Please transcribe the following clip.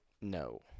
No